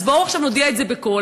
אז בואו ונודיע את זה עכשיו בקול,